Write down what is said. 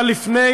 אבל לפני